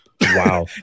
Wow